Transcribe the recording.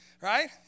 right